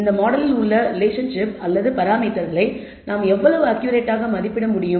இந்த மாடலில் உள்ள ரிலேஷன்ஷிப்பை அல்லது பாராமீட்டர்ஸ்களை நாம் எவ்வளவு அக்கியூரரட்டாக மதிப்பிட முடியும்